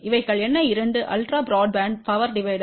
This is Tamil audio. இவைகள் என்ன இரண்டு அல்ட்ரா பிராட்பேண்ட் பவர் டிவைடர்